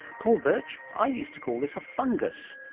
paul birch, i used to call this a fungus,